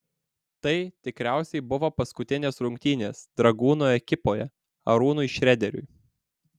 tai tikriausiai buvo paskutinės rungtynės dragūno ekipoje arūnui šrederiui